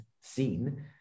seen